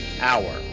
hour